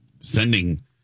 sending